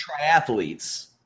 triathletes